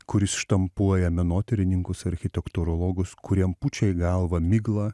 kuris štampuoja menotyrininkus architektūrologus kuriem pučia į galvą miglą